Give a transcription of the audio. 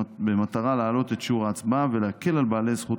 במטרה להעלות את שיעור ההצבעה ולהקל על בעלי זכות